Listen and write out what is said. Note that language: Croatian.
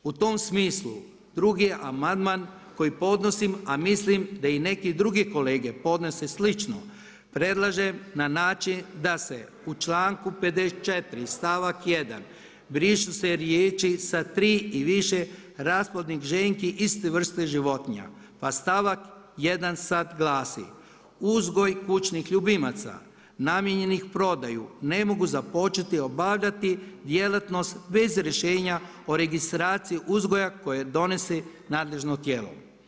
U tom smislu 2. amandman koji podnosim a mislim da i neke druge kolege podnose slično predlažem na način da se u članku 54, stavak 1. brišu se riječi „sa tri i više rasplodnih ženki iste vrste životinja“ pa stavak 1. sada glasi: „Uzgoj kućnih ljubimaca namijenjenih prodaji ne mogu započeti obavljati djelatnost bez rješenja o registraciji uzgoja koje donese nadležno tijelo.